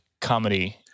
comedy